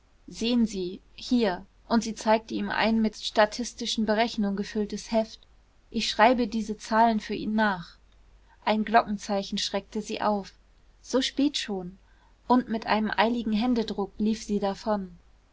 sehen sie hier und sie zeigte ihm ein mit statistischen berechnungen gefülltes heft ich schreibe diese zahlen für ihn nach ein glockenzeichen schreckte sie auf so spät schon und mit einem eiligen händedruck lief sie davon